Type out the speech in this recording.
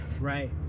Right